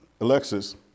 Alexis